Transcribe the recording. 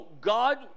God